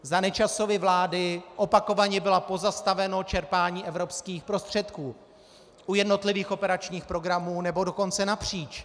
Za Nečasovy vlády bylo opakovaně pozastaveno čerpání evropských prostředků u jednotlivých operačních programů, nebo dokonce napříč.